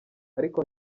ariko